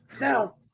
Now